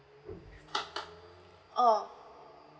oh